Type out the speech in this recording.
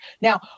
Now